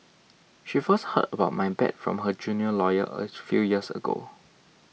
she first heard about my bad from her junior lawyer a few years ago